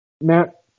Matt